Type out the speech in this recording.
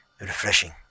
refreshing